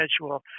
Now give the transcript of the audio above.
schedule